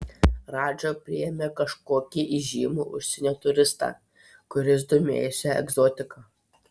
radža priėmė kažkokį įžymų užsienio turistą kuris domėjosi egzotika